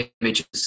images